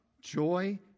joy